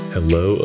Hello